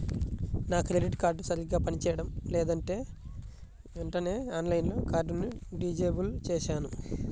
నా credit card సరిగ్గా పని చేయడం లేదని వెంటనే ఆన్లైన్లో కార్డుని డిజేబుల్ చేశాను